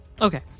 Okay